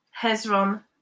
Hezron